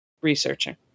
researching